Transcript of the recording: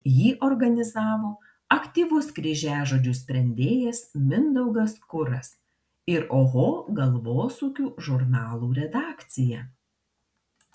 jį organizavo aktyvus kryžiažodžių sprendėjas mindaugas kuras ir oho galvosūkių žurnalų redakcija